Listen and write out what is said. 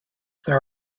there